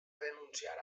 renunciar